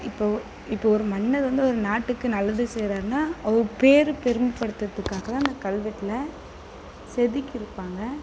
இப்போது இப்போது ஒரு மன்னர் வந்து ஒரு நாட்டுக்கு நல்லது செய்கிறாருன்னா அவர் பேரை பெருமைப் படுத்துகிறத்துக்காக தான் அந்த கல்வெட்டில் செதுக்கியிருப்பாங்க